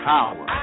Power